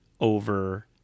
over